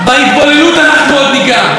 בהתבוללות אנחנו עוד ניגע,